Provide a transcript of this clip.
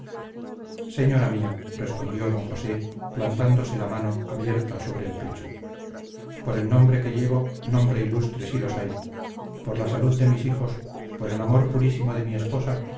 señora mía respondió d josé plantándose la mano abierta sobre el pecho por el nombre que llevo nombre ilustre si los hay por la salud de mis hijos por el amor purísimo de mi esposa